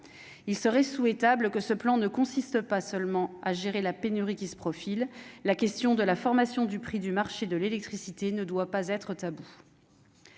il serait souhaitable que ce plan ne consiste pas seulement à gérer la pénurie qui se profile la question de la formation du prix du marché de l'électricité ne doit pas être tabou.